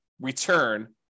return